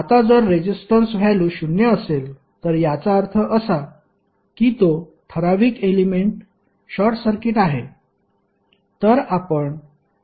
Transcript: आता जर resistance value शून्य असेल तर याचा अर्थ असा की तो ठराविक एलेमेंट शॉर्ट सर्किट आहे